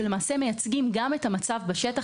שלמעשה מייצגים גם את המצב בשטח,